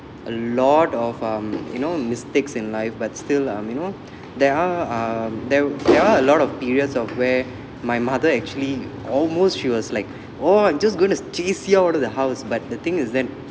a lot of um you know mistakes in life but still um you know there are uh there there are a lot of periods of where my mother actually almost she was like oh I'm just going to chase you out of the house but the thing is that